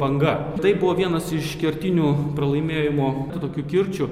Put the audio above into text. banga tai buvo vienas iš kertinių pralaimėjimo tų tokių kirčių